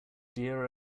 dear